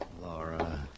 Laura